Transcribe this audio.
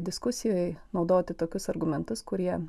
diskusijoje naudoti tokius argumentus kurie